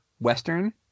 Western